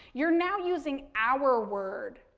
you're now using our word.